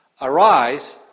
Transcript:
Arise